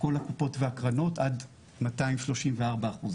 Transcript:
כל הקופות והקרנות, עד 234% רווח.